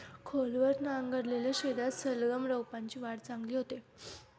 खोलवर नांगरलेल्या शेतात सलगम रोपांची वाढ चांगली होते